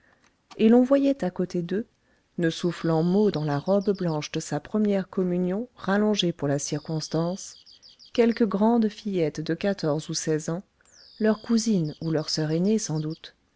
et l'on voyait à côté d'eux ne soufflant mot dans la robe blanche de sa première communion rallongée pour la circonstance quelque grande fillette de quatorze ou seize ans leur cousine ou leur soeur aînée sans doute